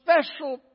special